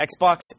Xbox